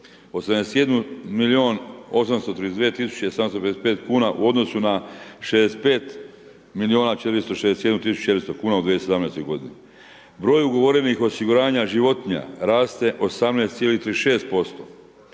tisuće 755 kuna u odnosu 65 miliona 461 400 kuna u 2017. godini. Broj ugovorenih osiguranja životinja raste 18,36%.